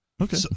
Okay